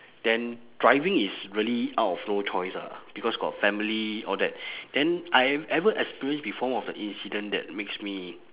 then driving is really out of no choice lah because got family all that then I have ever experienced before one of the incident that makes me